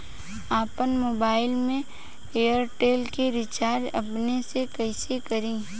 आपन मोबाइल में एयरटेल के रिचार्ज अपने से कइसे करि?